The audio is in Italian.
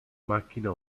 macchina